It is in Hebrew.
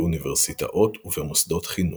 באוניברסיטאות ובמוסדות-חינוך,